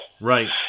Right